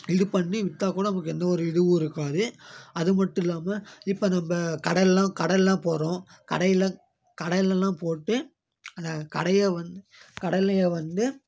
இது பண்ணி விற்றாக் கூட நமக்கு எந்த ஒரு இதுவும் இருக்காது அது மட்டும் இல்லாமல் இப்போ நம்ம கடலைலாம் கடலைலாம் போடுறோம் கடையில கடையிலெல்லாம் போட்டு அந்த கடைய வந்து கடலையை வந்து